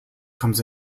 comes